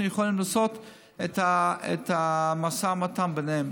יכולים לעשות את המשא ומתן ביניהן.